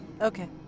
Okay